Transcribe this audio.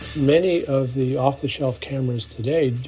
many of the off-the-shelf cameras today